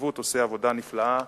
בהתנדבות עושה עבודה נפלאה.